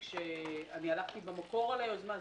כשאני הלכתי במקור על היוזמה,